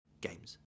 games